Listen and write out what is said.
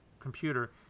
computer